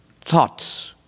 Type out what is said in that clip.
Thoughts